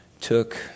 took